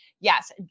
Yes